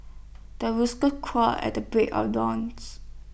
the rooster crows at the break of dawns